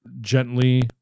gently